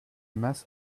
mass